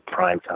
primetime